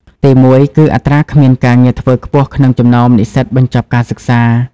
ទីមួយគឺ អត្រាគ្មានការងារធ្វើខ្ពស់ក្នុងចំណោមនិស្សិតបញ្ចប់ការសិក្សា។